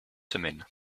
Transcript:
semaine